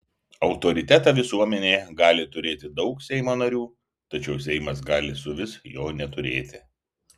autoritetą visuomenėje gali turėti daug seimo narių tačiau seimas gali suvis jo neturėti